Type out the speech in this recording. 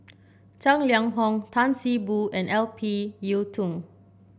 Tang Liang Hong Tan See Boo and Ip Yiu Tung